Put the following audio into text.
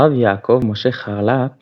הרב יעקב משה חרל"פ